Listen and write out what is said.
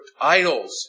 idols